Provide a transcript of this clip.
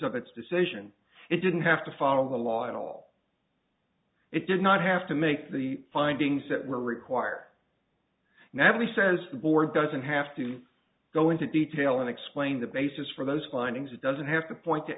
of its decision it didn't have to follow the law at all it did not have to make the findings that were required now only says the board doesn't have to go into detail and explain the basis for those findings it doesn't have to point t